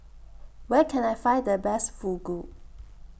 Where Can I Find The Best Fugu